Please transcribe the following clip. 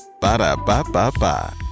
Ba-da-ba-ba-ba